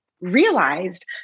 realized